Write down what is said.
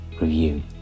review